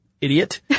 idiot